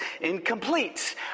incomplete